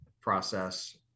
process